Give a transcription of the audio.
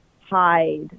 hide